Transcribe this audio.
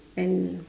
and